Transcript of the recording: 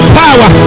power